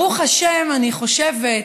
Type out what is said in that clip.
ברוך השם, אני חושבת,